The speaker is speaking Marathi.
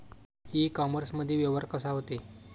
इ कामर्समंदी व्यवहार कसा होते?